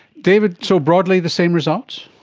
david, so, broadly the same results?